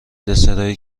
دسرایی